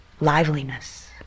liveliness